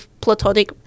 platonic